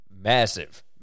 massive